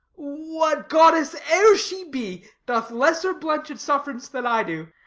what goddess e'er she be, doth lesser blench at suff'rance than i do.